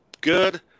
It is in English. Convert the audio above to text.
good